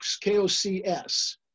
K-O-C-S